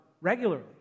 regularly